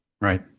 Right